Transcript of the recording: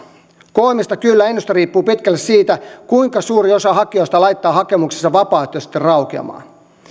koomista kyllä ennuste riippuu pitkälle siitä kuinka suuri osa hakijoista laittaa hakemuksensa vapaaehtoisesti raukeamaan